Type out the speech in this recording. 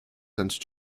since